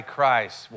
Christ